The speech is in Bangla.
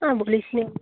আর বলিস না